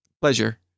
pleasure